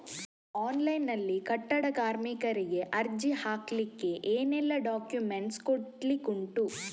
Online ನಲ್ಲಿ ಕಟ್ಟಡ ಕಾರ್ಮಿಕರಿಗೆ ಅರ್ಜಿ ಹಾಕ್ಲಿಕ್ಕೆ ಏನೆಲ್ಲಾ ಡಾಕ್ಯುಮೆಂಟ್ಸ್ ಕೊಡ್ಲಿಕುಂಟು?